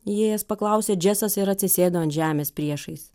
įėjęs paklausė džesas ir atsisėdo ant žemės priešais